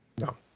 no